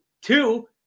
two